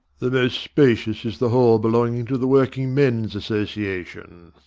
the most spacious is the hall belonging to the working men's association.